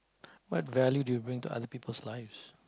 what value do you bring to other people's lives